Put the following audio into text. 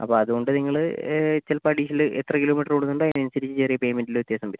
അപ്പോൾ അതുകൊണ്ട് നിങ്ങൾ ചിലപ്പോൾ അഡിഷണൽ എത്ര കിലോമീറ്റർ ഓടുന്നുണ്ടോ അതിനനുസരിച്ചു ചെറിയ പേയ്മെന്റിൽ വ്യത്യാസം വരും